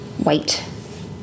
white